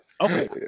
Okay